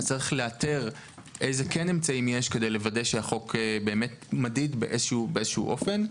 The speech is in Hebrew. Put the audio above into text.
צריך לאתר אילו אמצעים יש כדי לוודא שהחוק מדיד באיזשהו אופן.